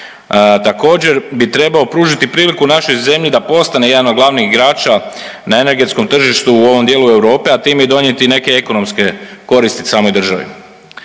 Također bi trebao pružiti priliku našoj zemlji da postane jedan od glavnih igrača na energetskom tržištu u ovom dijelu Europe, a time i donijeti neke ekonomske koristi samoj državi.